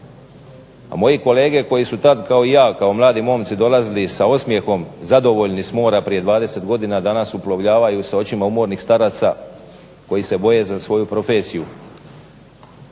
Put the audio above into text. a moji kolege koji su tada kao i ja kao mladi momci dolazili sa osmijehom zadovoljni s mora prije 20 godina, danas uplovljavaju sa očima umornih staraca koji se boje za svoju profesiju.